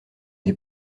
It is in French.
des